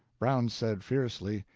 brown said, fiercely,